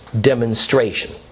demonstration